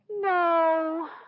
No